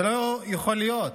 זה לא יכול להיות.